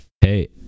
Hey